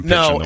No